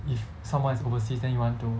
if someone is overseas then you want to